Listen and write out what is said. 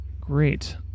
great